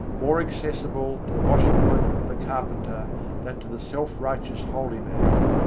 more accessible to the washerwoman and the carpenter than to the self righteous holy man.